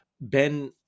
Ben